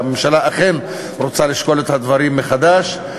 והממשלה אכן רוצה לשקול את הדברים מחדש.